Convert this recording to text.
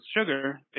sugar